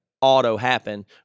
auto-happen